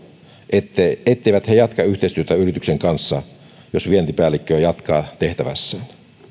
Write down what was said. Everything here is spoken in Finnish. etteivät etteivät he jatka yhteistyötä yrityksen kanssa jos vientipäällikkö jatkaa tehtävässään